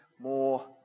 more